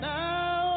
now